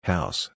House